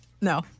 No